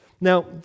Now